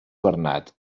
bernat